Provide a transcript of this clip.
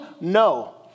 No